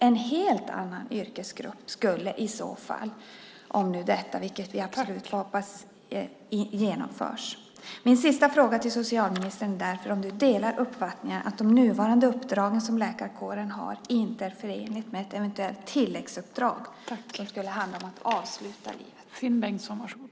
En helt annan yrkesgrupp skulle i så fall behövas, om nu detta genomförs, vilket vi absolut får hoppas inte sker. Min sista fråga till socialministern är därför: Delar du uppfattningen att de nuvarande uppdragen som läkarkåren har inte är förenliga med ett eventuellt tilläggsuppdrag som skulle handla om att avsluta livet?